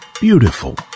beautiful